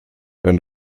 dann